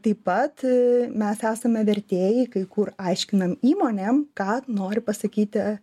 taip pat mes esame vertėjai kai kur aiškinam įmonėm ką nori pasakyti